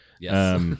Yes